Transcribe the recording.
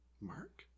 Mark